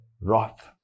wrath